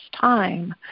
time